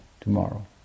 tomorrow